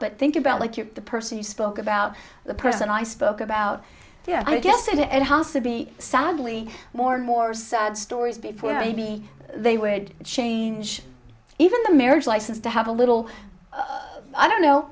but think about like you're the person you spoke about the person i spoke about yeah i guess it has to be sadly more and more sad stories before he they would change even the marriage license to have a little i don't know